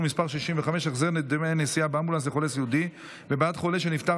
מס' 65) (החזר דמי נסיעה באמבולנס לחולה סיעודי ובעד חולה שנפטר),